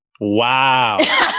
Wow